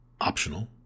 optional